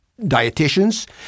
dieticians